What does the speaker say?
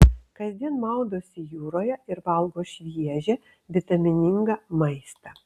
kasdien maudosi jūroje ir valgo šviežią vitaminingą maistą